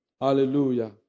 Hallelujah